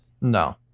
No